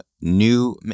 new